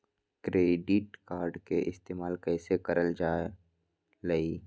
Credit card के इस्तेमाल कईसे करल जा लई?